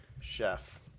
chef